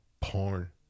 porn